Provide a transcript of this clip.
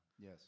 Yes